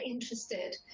interested